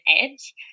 edge